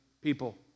people